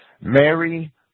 Mary